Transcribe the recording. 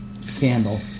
scandal